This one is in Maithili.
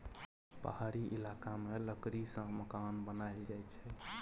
पहाड़ी इलाका मे लकड़ी सँ मकान बनाएल जाई छै